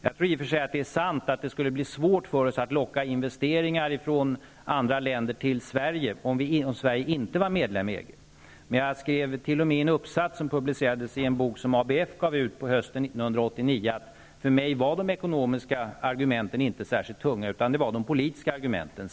Det är i och för sig sant att det skulle bli svårt för oss att locka hit investeringar från andra länder om Sverige inte var medlem i EG. Jag skrev t.o.m. i en uppsats, som publicerades i en bok som ABF gav ut hösten 1989, att för mig var de ekonomiska argumenten inte särskilt tunga, utan det var de politiska argumenten.